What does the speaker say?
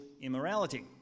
immorality